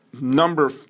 number